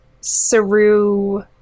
Saru